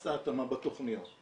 עשה התאמה בתכניות.